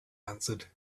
answered